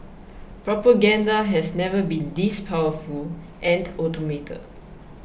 propaganda has never been this powerful and automated